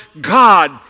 God